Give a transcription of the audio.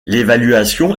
l’évaluation